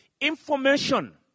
information